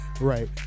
right